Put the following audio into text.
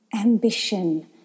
ambition